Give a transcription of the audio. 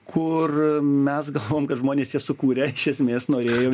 kur mes galvojam kad žmonės jas sukūrė iš esmės norėjo